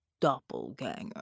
doppelganger